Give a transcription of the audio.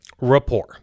Rapport